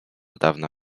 dawna